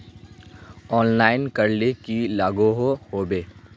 Online करले की लागोहो होबे?